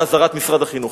באזהרת משרד החינוך.